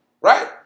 right